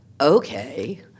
okay